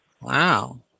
Wow